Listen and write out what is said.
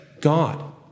God